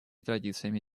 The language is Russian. традициями